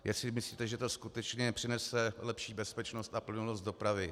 Jestli myslíte, že to skutečně přinese lepší bezpečnost a plynulost dopravy.